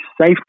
safe